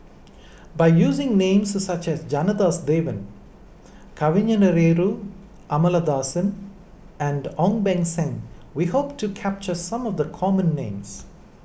by using names such as Janadas Devan Kavignareru Amallathasan and Ong Beng Seng we hope to capture some of the common names